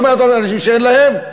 לא מאותם אנשים שאין להם,